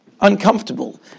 uncomfortable